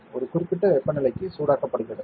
ஒரு குறிப்பிட்ட வெப்பநிலைக்கு சூடாக்கப்படுகிறது